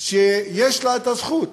שיש לה הזכות